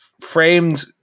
framed